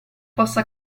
possa